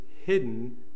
hidden